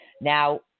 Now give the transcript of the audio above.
Now